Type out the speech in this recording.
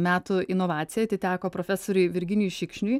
metų inovacija atiteko profesoriui virginijui šikšniui